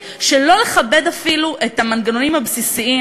של לא לכבד אפילו את המנגנונים הבסיסיים